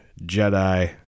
jedi